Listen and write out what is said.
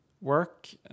work